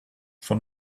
for